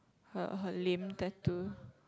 her her lame tattoo